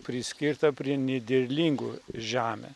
priskirta prie nederlingų žemių